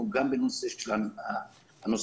גם בנושא של ההסעות,